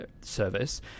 service